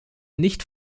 nicht